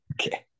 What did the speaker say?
okay